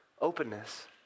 openness